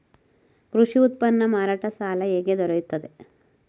ಕೃಷಿ ಉತ್ಪನ್ನ ಮಾರಾಟ ಸಾಲ ಹೇಗೆ ದೊರೆಯುತ್ತದೆ?